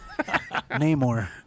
Namor